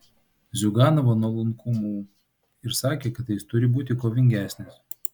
ziuganovą nuolankumu ir sakė kad jis turi būti kovingesnis